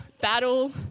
battle